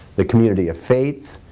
the community of faith,